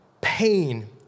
pain